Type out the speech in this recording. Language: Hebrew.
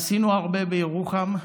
עשינו הרבה בירוחם.